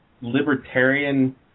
libertarian